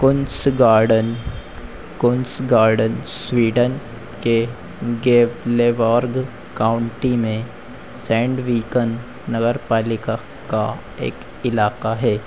Kungsgarden Kungsgarden Sweden के Gavleborg county में Sandviken नगरपालिका का एक इलाक़ा है